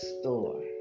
store